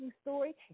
story